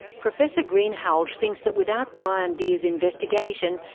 professor greenhalgh thinks that without brian deer's investigation,